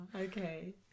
okay